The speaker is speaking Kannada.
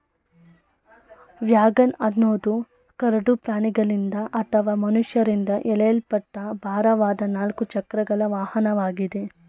ವ್ಯಾಗನ್ ಅನ್ನೋದು ಕರಡು ಪ್ರಾಣಿಗಳಿಂದ ಅಥವಾ ಮನುಷ್ಯರಿಂದ ಎಳೆಯಲ್ಪಟ್ಟ ಭಾರವಾದ ನಾಲ್ಕು ಚಕ್ರಗಳ ವಾಹನವಾಗಿದೆ